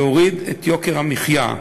להוריד את יוקר המחיה.